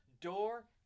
door